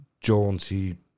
jaunty